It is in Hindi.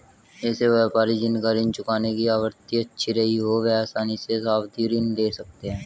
ऐसे व्यापारी जिन का ऋण चुकाने की आवृत्ति अच्छी रही हो वह आसानी से सावधि ऋण ले सकते हैं